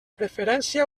preferència